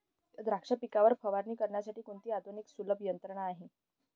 द्राक्ष पिकावर फवारणी करण्यासाठी कोणती आधुनिक व सुलभ यंत्रणा आहे?